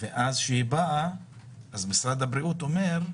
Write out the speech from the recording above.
ואז משרד הבריאות אמר: